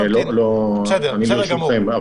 אני לרשותכם.